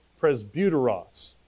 presbyteros